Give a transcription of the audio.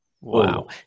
Wow